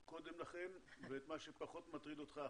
שרציתי לספר לכם תמונה, ומה זה היטל ששינסקי.